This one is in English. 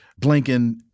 Blinken